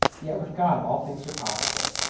yet with god all things are possible.